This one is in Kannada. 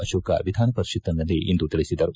ಅರೋಕ್ ವಿಧಾನ ಪರಿಷಕ್ತಿನಲ್ಲಿಂದು ತಿಳಿಸಿದರು